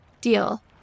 Deal